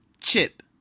chip